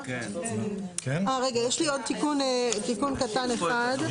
יש לי תיקון קטן אחד,